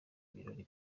ibirori